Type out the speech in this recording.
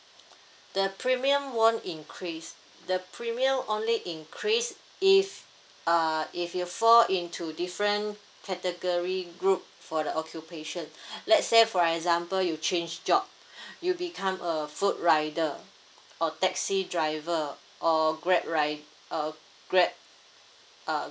the premium one increase the premium only increase if uh if you fall in to different category group for the occupation let's say for example you change job you become a food rider or taxi driver or grab right uh grab uh